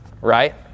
right